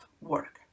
work